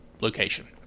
location